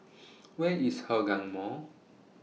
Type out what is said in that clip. Where IS Hougang Mall